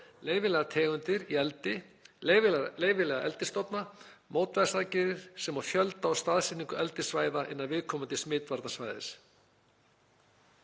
leyfilegar tegundir í eldi, leyfilega eldisstofna, mótvægisaðgerðir, sem og fjölda og staðsetningu eldissvæða innan viðkomandi smitvarnasvæðis.